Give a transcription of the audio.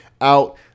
out